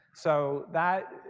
so that,